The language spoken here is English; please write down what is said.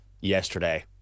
yesterday